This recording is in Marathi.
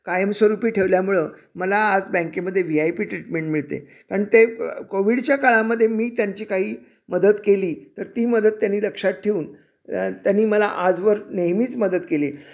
कायमस्वरूपी ठेवल्यामुळं मला आज बँकेमध्ये व्ही आय पी ट्रीटमेंट मिळते कारण ते कोविडच्या काळामध्ये मी त्यांची काही मदत केली तर ती मदत त्यांनी लक्षात ठेवून त्यांनी मला आजवर नेहमीच मदत केली आहे